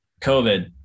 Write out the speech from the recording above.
COVID